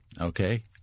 Okay